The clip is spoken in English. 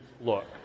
look